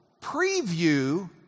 preview